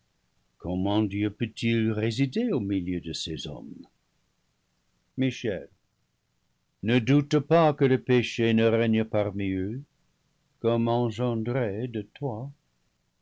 comment dieu peut-il résider au milieu de ces hommes michel ne doute pas que le péché ne règne parmi eux comme engendré de loi